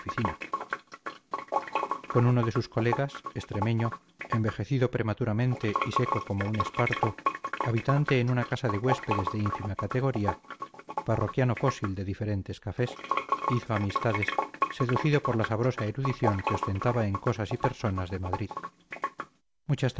con uno de sus colegas extremeño envejecido prematuramente y seco como un esparto habitante en una casa de huéspedes de ínfima categoría parroquiano fósil de diferentes cafés hizo amistades seducido por la sabrosa erudición que ostentaba en cosas y personas de madrid muchas